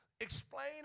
explain